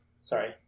sorry